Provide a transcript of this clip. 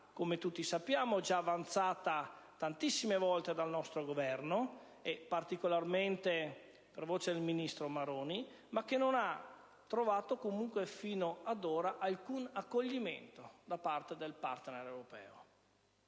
come tutti sappiamo, già avanzata tantissime volte dal nostro Governo, particolarmente per voce del ministro Maroni, ma che non ha trovato fino ad ora alcun accoglimento da parte del *partner* europeo.